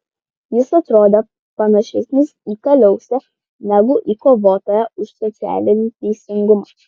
jis atrodė panašesnis į kaliausę negu į kovotoją už socialinį teisingumą